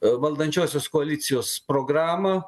valdančiosios koalicijos programą